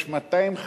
יש 250